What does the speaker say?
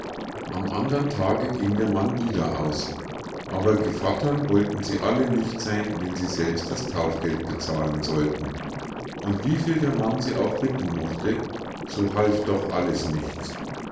am andern tage ging der mann wieder aus aber gevattern wollten sie alle nicht sein wenn sie selbst das taufgeld bezahlen sollten und wie viel der mann sie auch bitten mochte so half doch alles nichts